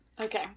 Okay